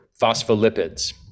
phospholipids